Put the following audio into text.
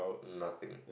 nothing